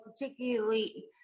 particularly